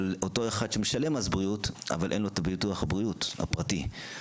שמשלם מס בריאות אבל אין לו ביטוח בריאות פרטי.